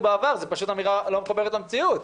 בעבר זה פשוט אמירה שלא מחוברת למציאות.